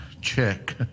check